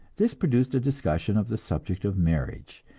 this produced a discussion of the subject of marriage,